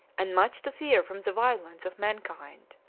and much to fear from the violence, of mankind.